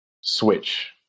switch